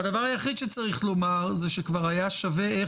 הדבר היחיד שצריך לומר זה שכבר איכשהו